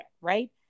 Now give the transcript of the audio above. right